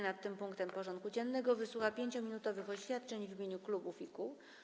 nad tym punktem porządku dziennego wysłucha 5-minutowych oświadczeń w imieniu klubów i kół.